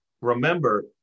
remember